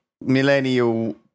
millennial